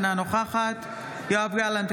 אינה נוכחת יואב גלנט,